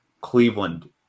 Cleveland